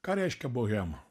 ką reiškia bohema